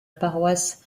paroisse